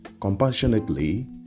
Compassionately